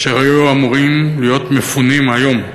אשר היו אמורים להיות מפונים היום,